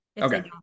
Okay